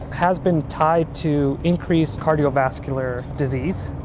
has been tied to increased cardiovascular disease,